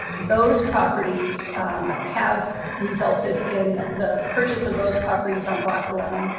those properties have resulted in the purchase of those properties on block eleven,